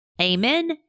Amen